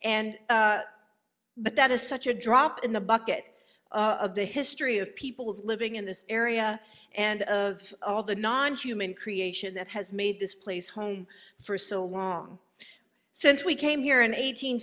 and but that is such a drop in the bucket of the history of people's living in this area and of all the non human creation that has made this place home for so long since we came here in eight